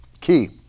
Key